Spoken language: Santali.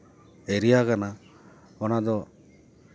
ᱮᱨᱤᱭᱟ ᱠᱟᱱᱟ ᱚᱱᱟ ᱫᱚ